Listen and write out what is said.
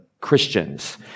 Christians